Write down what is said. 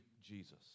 Jesus